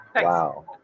Wow